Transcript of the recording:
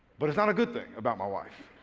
but it's not a good thing about my wife.